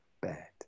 bad